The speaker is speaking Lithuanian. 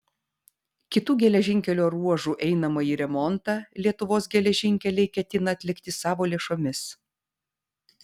kitų geležinkelio ruožų einamąjį remontą lietuvos geležinkeliai ketina atlikti savo lėšomis